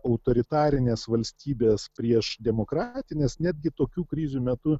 autoritarinės valstybės prieš demokratines netgi tokių krizių metu